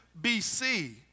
BC